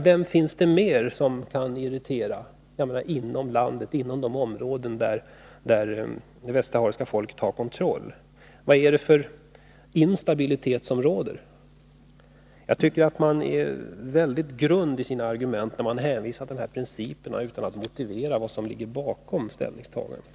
Vem finns det mer som kan irritera inom de områden där det västsahariska folket har kontroll? Vad är det för ”instabilitet” som råder? Jag tycker att utskottet anför dåligt grundade argument när det hänvisar till dessa principer utan att motivera vad som ligger bakom ställningstagandet.